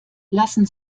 lassen